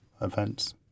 events